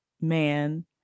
man